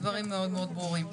דברים מאוד מאוד ברורים.